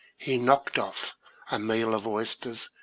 he knocked off a meal of oysters,